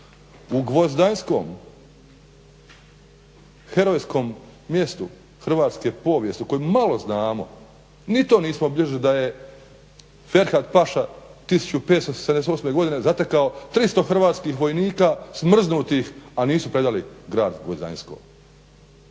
U Gvozdanjskom herojskom mjestu hrvatske povijesti o kojem malo znamo, ni to nismo obilježili da je Ferhat paša 1578. godine zatekao 300 hrvatskih vojnika smrznutih, a nisu predali grad Gvozdanjsko.